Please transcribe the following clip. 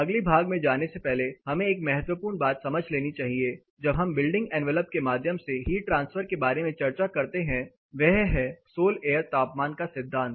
अगले भाग में जाने से पहले हमें एक महत्वपूर्ण बात समझ लेनी चाहिए जब हम बिल्डिंग एनवेलप के माध्यम से हीट ट्रांसफर के बारे में चर्चा कर रहे हैं वह है सोल एयर तापमान का सिद्धांत